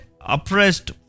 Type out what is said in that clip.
oppressed